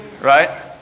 right